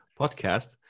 podcast